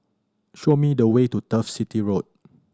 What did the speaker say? show me the way to Turf City Road